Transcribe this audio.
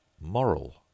Moral